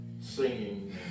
singing